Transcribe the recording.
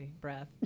breath